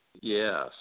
Yes